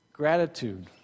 gratitude